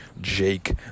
Jake